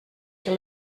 que